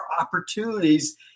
opportunities